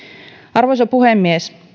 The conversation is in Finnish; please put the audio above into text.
arvoisa puhemies